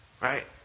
Right